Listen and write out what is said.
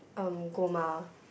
um Goma